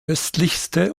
östlichste